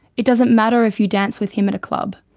it doesn't matter if you dance with him at a club,